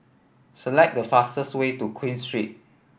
select the fastest way to Queen Street